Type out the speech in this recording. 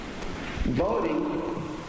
voting